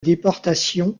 déportation